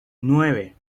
nueve